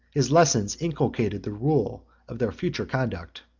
his lessons inculcated the rule of their future conduct.